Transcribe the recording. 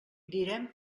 direm